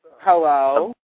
Hello